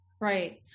Right